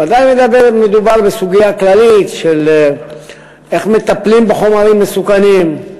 ודאי אם מדובר בסוגיה כללית איך מטפלים בחומרים מסוכנים,